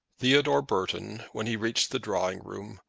theodore burton, when he reached the drawing-room,